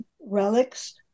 relics